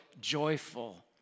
joyful